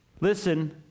listen